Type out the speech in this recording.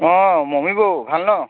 অঁ মমী বৌ ভাল ন